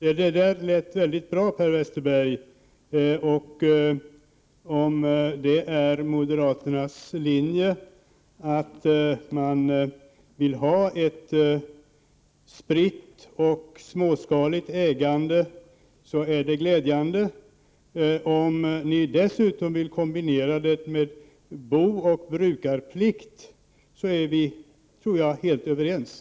Herr talman! Det råder inget tvivel om vår inställning till det spridda ägandet. Den har vi gång efter annan redogjort för i denna kammare. Den inställningen har också framgått av trepartiförslag, som vi vid flera tillfällen lagt fram i denna kammare. När det gäller frågan om booch brukarplikt vill jag hänvisa till de debatter vi haft med anledning av jordbruksutskottets betänkande i detta avseende.